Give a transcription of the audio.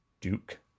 Duke